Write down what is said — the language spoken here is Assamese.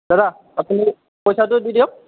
দাদা আপুনি পইচাটো দি দিয়ক